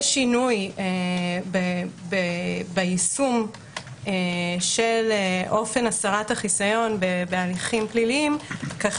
שינוי ביישום של אופן הסרת החיסיון בהליכים פליליים כך